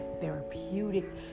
therapeutic